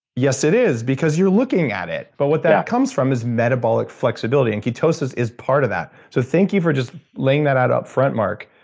yes it is, because you're looking at it, but what that comes from is metabolic flexibility. and ketosis is part of that so thank you for just laying that out up front, front, mark,